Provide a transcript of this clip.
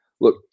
look